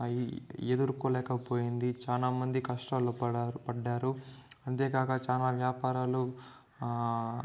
అయ్ ఎదుర్కోలేకపోయింది చాలా మంది కష్టాలు పడారు పడ్డారు అంతేకాక చాలా వ్యాపారాలు